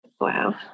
Wow